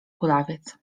kulawiec